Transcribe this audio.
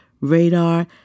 radar